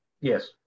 Yes